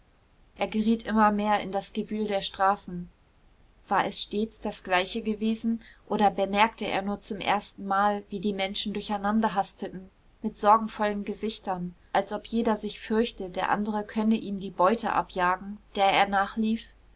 er geriet immer mehr in das gewühl der straßen war es stets das gleiche gewesen oder bemerkte er nur zum erstenmal wie die menschen durcheinanderhasteten mit sorgenvollen gesichtern als ob jeder sich fürchte der andere könne ihm die beute abjagen der er nachlief